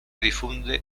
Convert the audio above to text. difunde